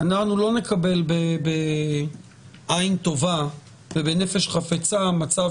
אנחנו לא נקבל בעין טובה ובנפש חפצה מצב